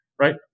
right